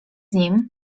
nim